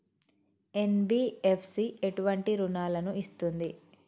NBFC ఎటువంటి రుణాలను ఇస్తుంది?